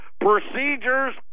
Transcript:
procedures